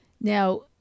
Now